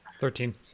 Thirteen